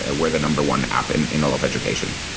ah we're the number one app in in all of education.